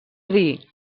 dir